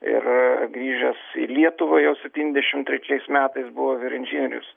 ir grįžęs į lietuvą jau septyniasdešimt trečiais metais buvo vyr inžinierius